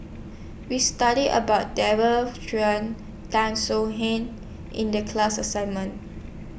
We studied about Daren Shiau Tan Soo Han in The class assignment